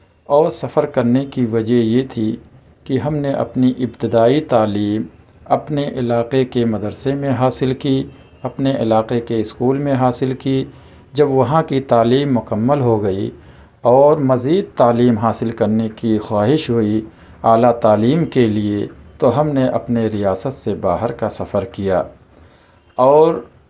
اور سفر کرنے کی وجہ یہ تھی کہ ہم نے اپنی ابتدائی تعلیم اپنے علاقہ کے مدرسے میں حاصل کی اپنے علاقہ کے اسکول میں حاصل کی جب وہاں کی تعلیم مکمل ہو گئی اور مزید تعلیم حاصل کرنے کی خواہش ہوئی اعلیٰ تعلیم کے لئے تو ہم نے اپنے ریاست سے باہر کا سفر کیا اور